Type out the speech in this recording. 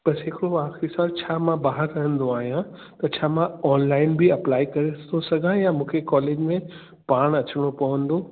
बसि हिकिड़ो आखिरीं सुवाल छा मां ॿाहिरि रहंदो आहियां त छा मां ऑनलाइन बि अपलाई करे थो सघां या मूंखे कॉलेज में पाण अचिणो पवंदो